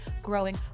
growing